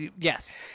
Yes